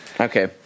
okay